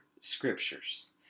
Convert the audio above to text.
scriptures